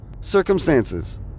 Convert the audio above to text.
circumstances